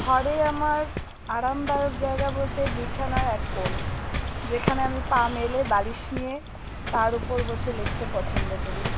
ঘরে আমার আরামদায়ক জায়গা বলতে বিছানার এক কোণ যেখানে আমি পা মেলে বালিশ নিয়ে তার উপর বসে লিখতে পছন্দ করি